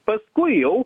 paskui jau